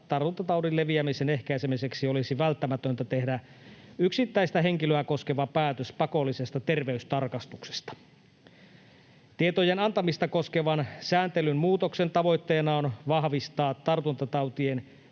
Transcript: tartuntataudin leviämisen ehkäisemiseksi olisi välttämätöntä tehdä yksittäistä henkilöä koskeva päätös pakollisesta terveystarkastuksesta. Tietojen antamista koskevan sääntelyn muutoksen tavoitteena on vahvistaa tartuntatautien